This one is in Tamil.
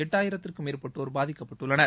எட்டாயிரத்திற்கும் மேற்பட்டோர் பாதிக்கப்பட்டுள்ளனர்